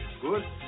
Good